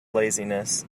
laziness